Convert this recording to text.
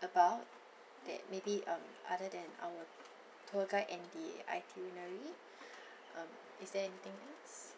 about that maybe um other than our tour guide and the itinerary um is there anything else